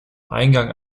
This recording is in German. eingang